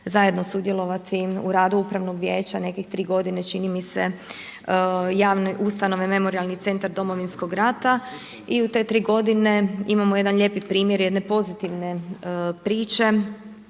zajedno sudjelovati u radu upravnog vijeća nekih 3 godine čini mi se javne ustanove, Memorijalni centar Domovinskog rata i u te 3 godine imamo jedan lijepi primjer jedne pozitivne priče